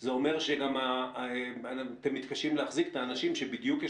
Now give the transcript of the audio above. זה אומר שאתם מתקשים להחזיק את האנשים שבדיוק יש